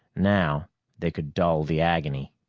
now they could dull the agony.